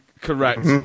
Correct